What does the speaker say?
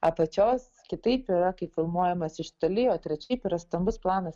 apačios kitaip yra kai filmuojamas iš toli trečiaip yra stambus planas